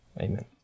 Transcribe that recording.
amen